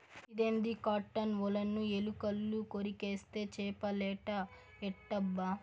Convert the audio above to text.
ఇదేంది కాటన్ ఒలను ఎలుకలు కొరికేస్తే చేపలేట ఎట్టబ్బా